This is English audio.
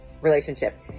relationship